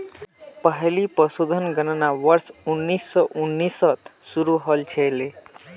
पहली पशुधन गणना वर्ष उन्नीस सौ उन्नीस त शुरू हल छिले